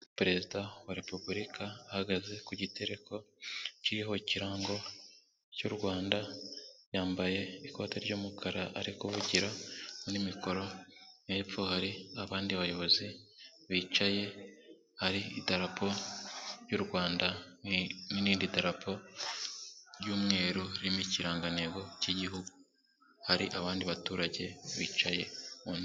Perezida wa Repubulika ahagaze ku gitereko kiriho ikirango cy'u Rwanda yambaye ikoti ry'umukara ari kuvugira muri mikoro hepfo hari abandi bayobozi bicaye hari idarapo ry'u Rwanda nirindi dararapo ry'umweru ririmo ikirangantego cy'Igihugu, hari abandi baturage bicaye mu ntebe.